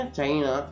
China